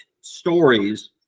stories